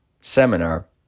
seminar